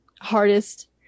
hardest